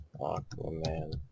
Aquaman